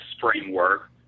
framework